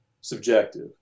subjective